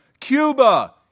Cuba